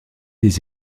des